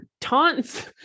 taunts